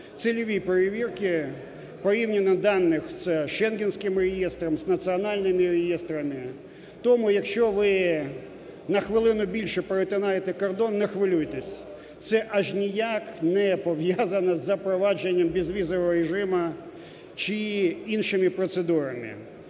цільові перевірки порівняно даних це з Шенгенським реєстром, з національними реєстрами. Тому, якщо ви на хвилину більше перетинаєте кордон, не хвилюйтесь, це аж ніяк не пов'язано з запровадженням безвізового режиму чи іншими процедурами.